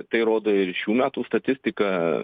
tai rodo ir šių metų statistika